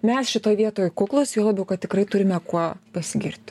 mes šitoj vietoj kuklūs juo labiau kad tikrai turime kuo pasigirt